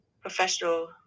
professional